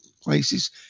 places